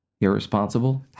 Irresponsible